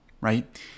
right